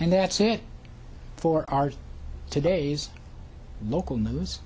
and that's it for our today's local news